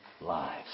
lives